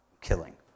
killing